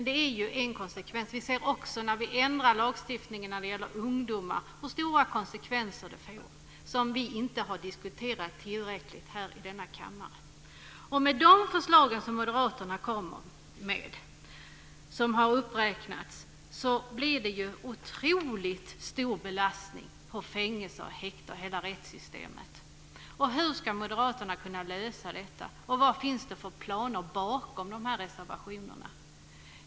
Det är en konsekvens. Vi har också sett hur stora konsekvenser det får när vi ändrar lagstiftningen vad gäller ungdomar. Vi har inte diskuterat det tillräckligt här i denna kammare. Med de förslag som Moderaterna kommer med, och som har räknats upp, blir det otroligt stor belastning på fängelser, häkten och hela rättssystemet. Hur ska Moderaterna kunna lösa detta? Vilka planer finns det bakom reservationerna?